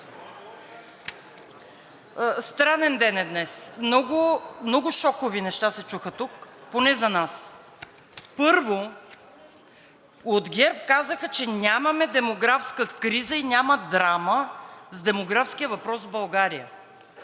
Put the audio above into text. странен ден е днес – много шокови неща се чуха тук, поне за нас. Първо, от ГЕРБ казаха, че нямаме демографска криза и няма драма с демографския въпрос в България?!